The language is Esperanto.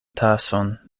tason